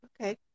okay